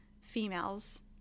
females